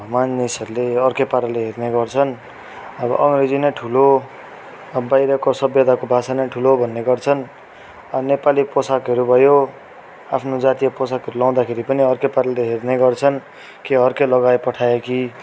मानिसहरूले अर्कै पाराले हेर्ने गर्छन् अब अङ्ग्रेजी नै ठुलो अब बाहिरको सभ्यताको भाषा नै ठुलो भन्ने गर्छन् नेपाली पोसाकहरू भयो आफ्नो जातीय पोसाकहरू लाउँदाखेरि पनि अर्कै पाराले हेर्ने गर्छन् कि अर्कै लगाइपठायो कि